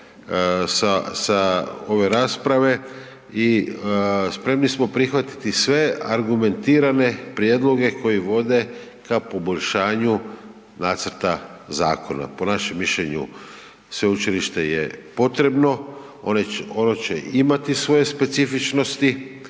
sa ove rasprave i spremni smo prihvatiti sve argumentirane prijedloge koji vode ka poboljšanju nacrta zakona. Po našem mišljenju, sveučilište je potrebno, ono će imati svoje specifičnosti